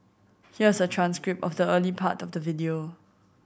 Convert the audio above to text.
here's a transcript of the early part of the video